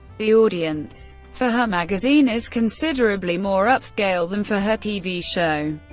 the audience for her magazine is considerably more upscale than for her tv show,